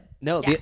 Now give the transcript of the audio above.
No